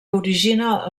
origina